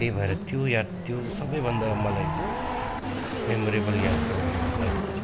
त्यही भएर त्यो याद त्यो सबभन्दा मलाई मेमोरेबल यात्रा हो मेरो लाइफमा चाहिँ